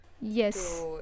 Yes